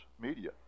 media